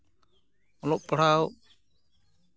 ᱚᱞᱚᱜ ᱯᱟᱲᱦᱟᱣ